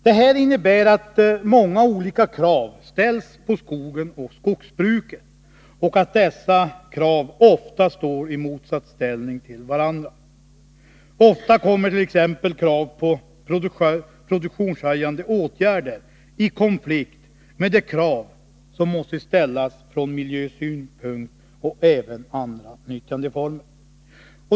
Det här innebär att många olika krav ställs på skogen och skogsbruket och att dessa krav ofta står i motsatsställning till varandra. Ofta kommer t.ex. krav på produktionshöjande åtgärder i konflikt med de krav som måste ställas från miljösynpunkt och även med hänsyn till andra nyttjandeformer.